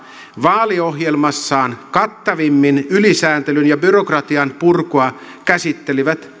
vaaliohjelmassaan kattavimmin ylisääntelyn ja byrokratian purkua käsittelivät